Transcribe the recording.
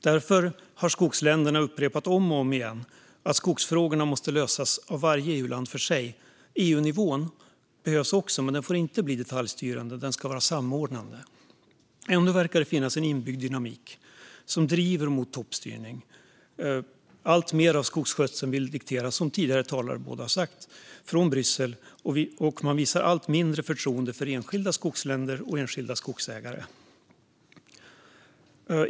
Därför har skogsländerna upprepat om och om igen att skogsfrågorna måste lösas av varje EU-land för sig. EU-nivån behövs också, men den får inte får bli detaljstyrande utan ska vara samordnande. Ändå verkar det finnas en inbyggd dynamik som driver mot toppstyrning och mot att alltmer av skogsskötseln ska dikteras från Bryssel, som tidigare talare har sagt. Man visar allt mindre förtroende för enskilda skogsländer och enskilda skogsägare.